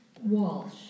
Walsh